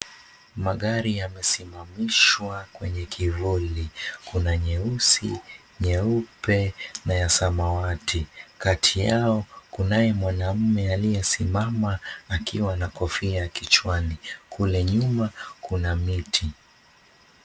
Magari yamesimamishwa kwenye kivuli kuna nyeusi, nyeupe na samawati kati yao kunaye mwanaume aliyesimama akiwa na kofia kichwani kule nyuma kuna miti.